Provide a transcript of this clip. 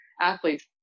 athletes